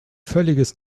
völliges